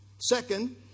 Second